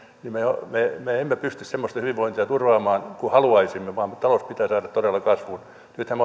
niin me emme pysty turvaamaan semmoista hyvinvointia kuin haluaisimme vaan talous pitää saada todella kasvuun nythän